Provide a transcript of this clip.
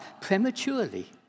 prematurely